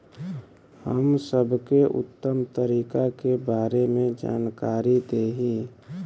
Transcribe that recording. हम सबके उत्तम तरीका के बारे में जानकारी देही?